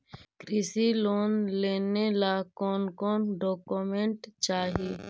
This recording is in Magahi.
कृषि लोन लेने ला कोन कोन डोकोमेंट चाही?